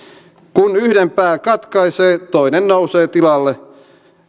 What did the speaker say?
kun yhden pään katkaisee toinen nousee tilalle